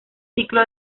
ciclo